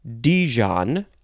Dijon